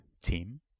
team